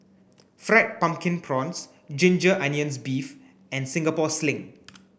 fried pumpkin prawns ginger onions beef and Singapore sling